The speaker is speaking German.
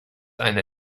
eine